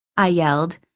i yelled,